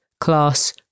class